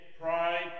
Pride